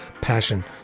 passion